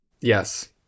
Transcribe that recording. yes